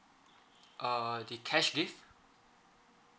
uh the cash gift